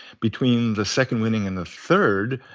between the second winning and the third,